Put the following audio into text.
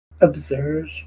observe